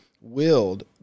willed